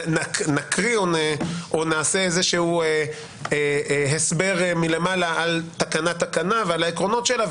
נקריא או שנעשה איזה שהוא הסבר מלמעלה על תקנה תקנה ועל העקרונות שלה,